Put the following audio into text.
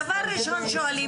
דבר ראשון שואלים,